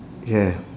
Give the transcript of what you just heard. yeah